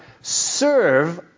serve